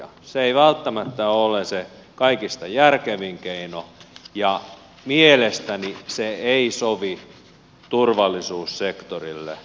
se ei välttämättä ole se kaikista järkevin keino ja mielestäni se ei sovi turvallisuussektorille